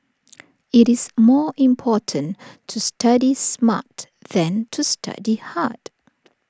IT is more important to study smart than to study hard